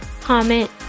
comment